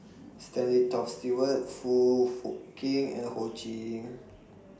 Stanley Toft Stewart Foong Fook Kay and Ho Ching